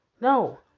No